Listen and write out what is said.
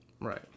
Right